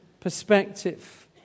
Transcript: perspective